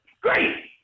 Great